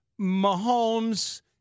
Mahomes